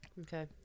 Okay